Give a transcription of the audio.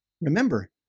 Remember